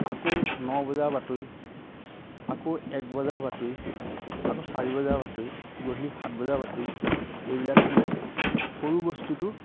আকৌ ন বজাৰ বাতৰি আকৌ এক বজাৰ বাতৰি আকৌ চাৰি বজাৰ বাতৰি গধূলি সাত বজাৰ বাতৰি এইবিলাক মানে সৰু বস্তুটো